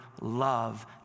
love